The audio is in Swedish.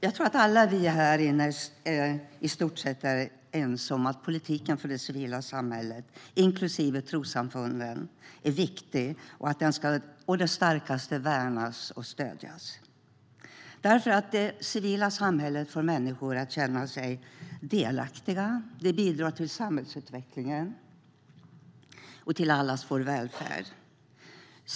Herr talman! Vi alla här inne är nog i stort sett ense om att politiken för det civila samhället, inklusive trossamfunden, är viktig. Den ska å det starkaste värnas och stödjas. Det civila samhället får människor att känna sig delaktiga. Det bidrar till samhällsutvecklingen och till allas vår välfärd.